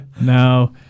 No